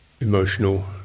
emotional